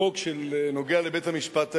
חוק שנוגע בבית-המשפט העליון,